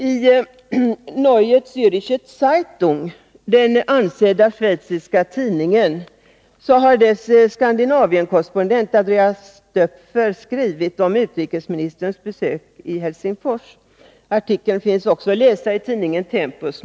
I Neue Zärcher Zeitung, den ansedda schweiziska tidningen, har dennas Skandinavienkorrespondent Andreas Doepfner skrivit om utrikesministerns besök i Helsingfors. Artikeln finns också att läsa i nr 45 av tidningen Tempus.